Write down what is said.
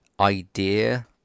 idea